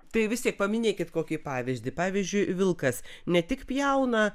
tai vis tiek paminėkit kokį pavyzdį pavyzdžiui vilkas ne tik pjauna